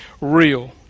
real